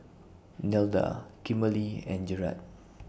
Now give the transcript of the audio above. Nelda Kimberlie and Jerrad